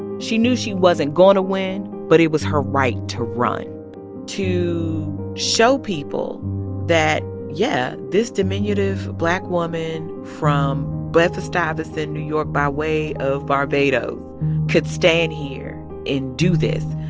she knew she wasn't going to win, but it was her right to run to show people that, yeah, this diminutive black woman from bedford-stuyvesant, new york, by way of barbados stand here and do this,